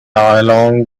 along